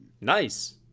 Nice